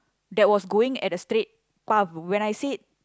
that was going at a straight path when I said